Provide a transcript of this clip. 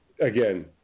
Again